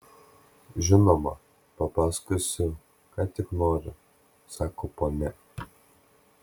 žinoma papasakosiu ką tik nori sako ponia